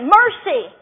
mercy